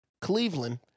Cleveland